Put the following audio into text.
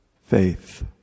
faith